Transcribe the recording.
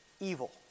evil